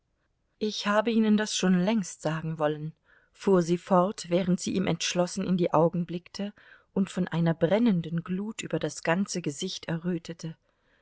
ich habe ihnen das schon längst sagen wollen fuhr sie fort während sie ihm entschlossen in die augen blickte und von einer brennenden glut über das ganze gesicht errötete